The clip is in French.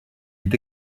est